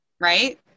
right